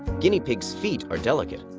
guinea pigs' feet are delicate.